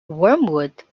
wormwood